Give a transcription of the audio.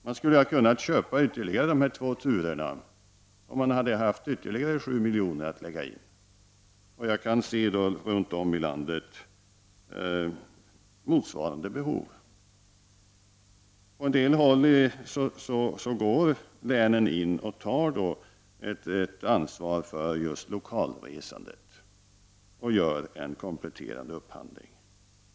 Man skulle ha kunnat köpa dessa ytterligare två turer om man hade haft ytterligare 7 milj.kr. Jag kan se motsvarande behov runt om i landet. På en del håll går länen in och tar ett ansvar för lokalresandet och gör en kompletterande upphandling.